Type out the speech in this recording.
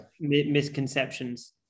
misconceptions